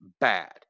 bad